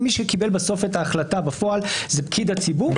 אם מי שקיבל בסוף את ההחלטה בפועל זה פקיד הציבור,